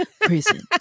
prison